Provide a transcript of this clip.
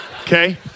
okay